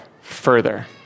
further